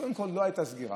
קודם כול, לא הייתה סגירה.